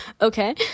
okay